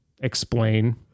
explain